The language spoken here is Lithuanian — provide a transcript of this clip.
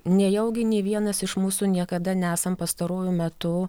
nejaugi nė vienas iš mūsų niekada nesam pastaruoju metu